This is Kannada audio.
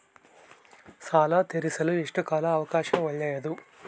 ಸಾಲ ತೇರಿಸಲು ಎಷ್ಟು ಕಾಲ ಅವಕಾಶ ಒಳ್ಳೆಯದು?